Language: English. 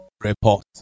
report